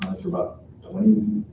about twenty,